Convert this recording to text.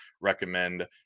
recommend